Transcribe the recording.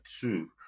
two